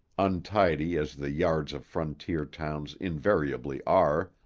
untidy as the yards of frontier towns invariably are,